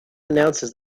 announces